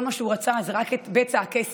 כל מה שהוא רצה זה רק בצע הכסף,